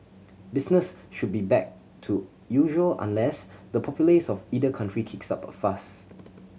business should be back to usual unless the populace of either country kicks up a fuss